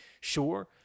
Sure